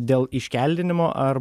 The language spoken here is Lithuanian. dėl iškeldinimo ar